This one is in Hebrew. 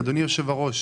אדוני היושב-ראש,